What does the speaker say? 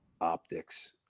optics